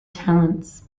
talents